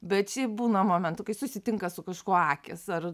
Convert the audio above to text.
bet šiaip būna momentų kai susitinka su kažkuo akys ar